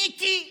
מיקי וביבי.